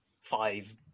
five